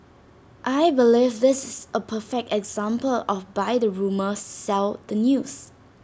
I believe this is A perfect example of buy the rumour sell the news